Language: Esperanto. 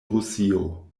rusio